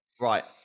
Right